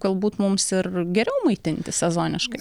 galbūt mums ir geriau maitintis sezoniškai